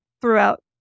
throughout